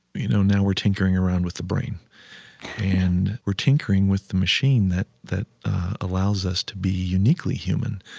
you know, now we're tinkering around with the brain and we're tinkering with the machine that that allows us to be uniquely human.